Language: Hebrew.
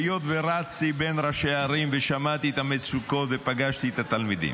היות שרצתי בין ראשי ערים ושמעתי את המצוקות ופגשתי את התלמידים,